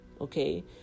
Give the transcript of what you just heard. Okay